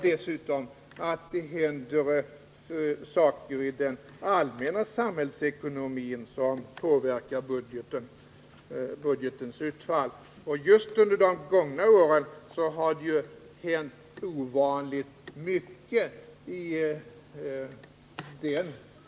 Dessutom händer det saker i den allmänna samhällsekonomin som påverkar budgetens utfall. Just under de gångna åren har det hänt ovanligt mycket av det slaget.